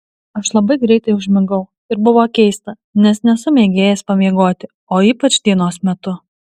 aš labai greitai užmigau ir buvo keista nes nesu mėgėjas pamiegoti o ypač dienos metu